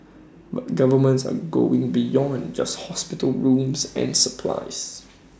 but governments are going beyond just hospital rooms and supplies